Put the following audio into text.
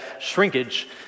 shrinkage